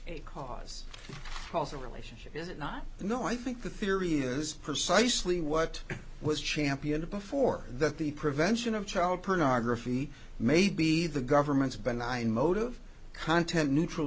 a cause or relationship is it not you know i think the theory is precisely what was championed before that the prevention of child pornography may be the government's been ion motive content neutral